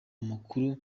amakuru